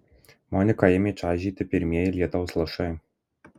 moniką ėmė čaižyti pirmieji lietaus lašai